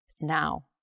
now